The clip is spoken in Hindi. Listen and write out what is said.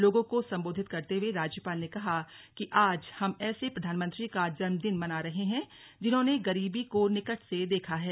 लोगों को संबोधित करते हुए राज्यपाल ने कहा कि आज हम ऐसे प्रधानमंत्री का जन्मदिन मना रहे हैं जिन्होंने गरीबी को निकट से देखा है